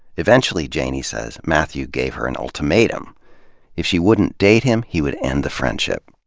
eventually, janey says, mathew gave her an ultimatum if she wouldn't date him, he would end the friendship.